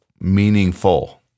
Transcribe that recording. meaningful